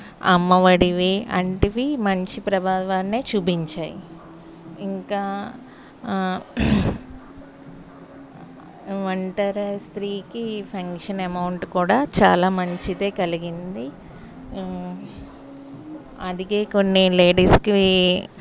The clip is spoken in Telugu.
అమ్మ వడివి అంటివి మంచి ప్రభావాని చూపించాయి ఇంకా ఒంటరి స్త్రీకి పెన్షన్ అమౌంట్ కూడా చాలా మంచిది కలిగింది అందుకే కొన్ని లేడీస్కి